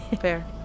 Fair